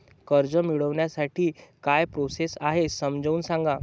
कर्ज मिळविण्यासाठी काय प्रोसेस आहे समजावून सांगा